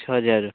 ଛଅ ହଜାର